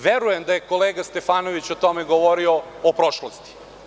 Verujem da je kolega Stefanović o tome govorio o prošlosti.